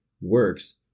works